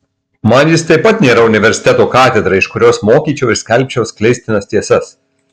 man jis taip pat nėra universiteto katedra iš kurios mokyčiau ir skelbčiau skleistinas tiesas